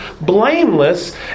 blameless